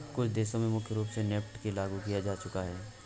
कुछ देशों में मुख्य रूप से नेफ्ट को लागू किया जा चुका है